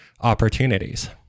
opportunities